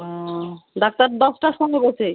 ও doctor দশটার সময় বসে